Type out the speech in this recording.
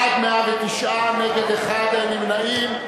בעד, 109, נגד, 1, אין נמנעים.